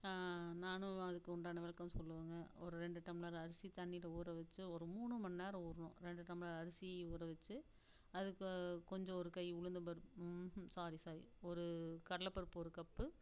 நானும் அதுக்கு உண்டான விளக்கம் சொல்லுவேங்க ஒரு ரெண்டு டம்ளர் அரிசி தண்ணியில் ஊறவச்சு ஒரு மூணு மணி நேரம் ஊறணும் ரெண்டு டம்ளர் அரிசி ஊறவச்சு அதுக்கு கொஞ்சம் ஒரு கை உளுத்தம்பருப்பு சாரி சாரி ஒரு கடலைப்பருப்பு ஒரு கப்பு